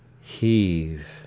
Heave